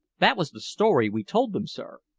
that was the story we told them, sir.